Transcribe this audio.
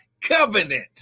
covenant